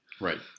Right